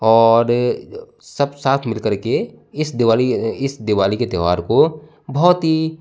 और सब साथ मिलकर के इस दिवाली के इस दिवाली के त्यौहार को बहुत ही